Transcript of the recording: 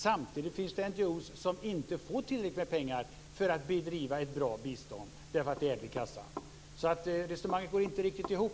Samtidigt finns det NGO:er som inte får tillräckligt med pengar för att bedriva ett bra bistånd därför att det är ebb i kassan, så resonemanget går inte riktigt ihop.